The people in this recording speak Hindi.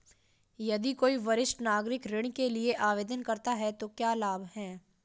यदि कोई वरिष्ठ नागरिक ऋण के लिए आवेदन करता है तो क्या लाभ हैं?